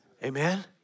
Amen